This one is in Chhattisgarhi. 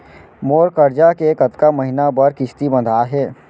मोर करजा के कतका महीना बर किस्ती बंधाये हे?